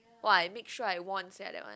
!wah! I make sure I won sia that one